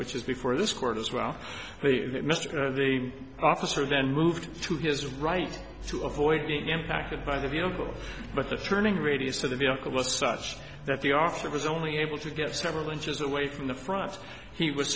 which is before this court as well mr the officer then moved to his right to avoid being impacted by the vehicle but the turning radius of the vehicle was such that the officer was only able to get several inches away from the front he was